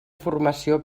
formació